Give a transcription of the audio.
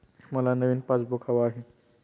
मला नवीन पासबुक हवं आहे